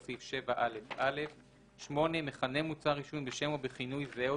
סעיף 7א(א); (8)מכנה מוצר עישון בשם או בכינוי זהה או